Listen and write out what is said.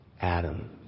Adam